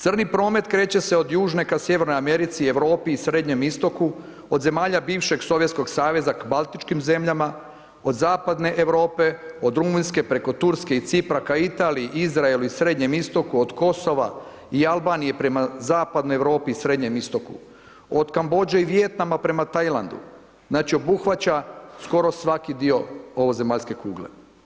Crni promet kreće se od Južne ka Sjevernoj Americi, Europi i Srednjem istoku, od zemalja bivšeg Sovjetskog Saveza k Baltičkim zemljama, od Zapadne Europe, od Rumunjske preko Turske i Cipra ka Italiji, Izraelu i Srednjem istoku, od Kosova i Albanije prema Zapadnoj Europi i Srednjem istoku, od Kamođe i Vijetnama prema Tajlandu, znači obuhvaća skoro svaki dio ovozemaljske kugle.